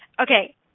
Okay